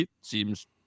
seems